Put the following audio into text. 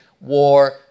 war